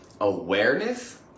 awareness